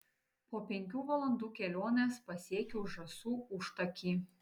po penkių valandų kelionės pasiekiau žąsų užtakį